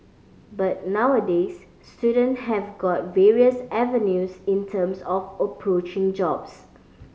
but nowadays student have got various avenues in terms of approaching jobs